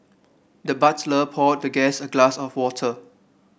the butler poured the guest a glass of water